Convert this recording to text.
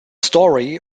story